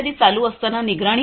चालू असताना निगराणी करणे